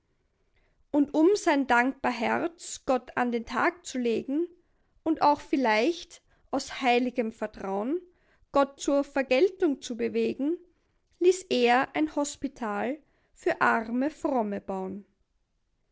und um sein dankbar herz gott an den tag zu legen und auch vielleicht aus heiligem vertraun gott zur vergeltung zu bewegen ließ er ein hospital für arme fromme baun